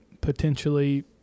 potentially